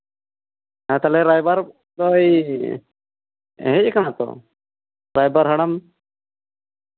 ᱦᱮᱸ ᱛᱟᱦᱞᱮ ᱨᱟᱭᱵᱟᱨ ᱫᱚᱭ ᱦᱮᱡ ᱠᱟᱱᱟᱭ ᱛᱚ ᱨᱟᱭᱵᱟᱨ ᱦᱟᱲᱟᱢ